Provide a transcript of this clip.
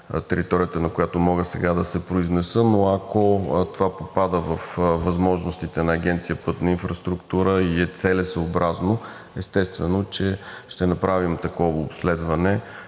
територията, на която мога сега да се произнеса, но ако това попада във възможностите на Агенция „Пътна инфраструктура“ и е целесъобразно, естествено, че ще направим такова обследване